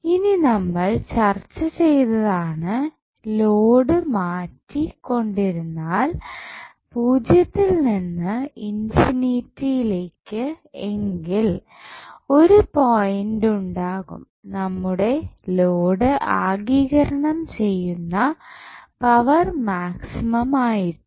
ഇനി നമ്മൾ ചർച്ച ചെയ്തതാണ് ലോഡ് മാറ്റി കൊണ്ടിരുന്നാൽ പൂജ്യത്തിൽ നിന്ന് ഇൻഫിനിറ്റി യിലേക്ക് എങ്കിൽ ഒരു പോയിൻറ് ഉണ്ടാകും നമ്മുടെ ലോഡ് ആഗിരണം ചെയ്യുന്ന പവർ മാക്സിമം ആയിട്ട്